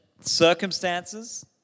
circumstances